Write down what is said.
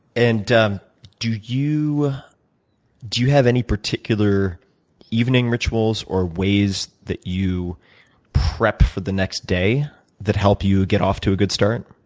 and um do you do you have any particular evening rituals or ways that you prep for the next day that help you get off to a good start?